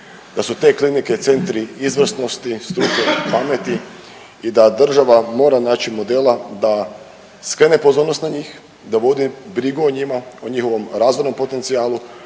da su te klinike centri izvrsnosti, struke, pameti i da država mora naći modela da skrene pozornost na njih, da vodi brigu o njima, o njihovom razvojnom potencijalu,